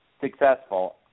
successful